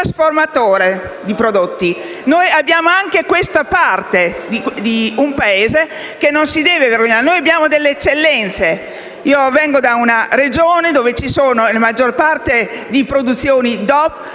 trasformatore di prodotti. Abbiamo anche questa parte e il Paese non si deve vergognare. Noi abbiamo delle eccellenze. Vengo da una Regione dove ci sono la maggior parte di produzioni DOC